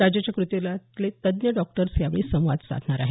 राज्याच्या कृती दलातले तज्ञ डॉक्टर्स यावेळी संवाद साधणार आहेत